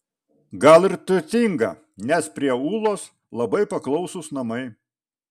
gal ir turtinga nes prie ūlos labai paklausūs namai